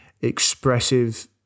expressive